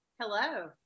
Hello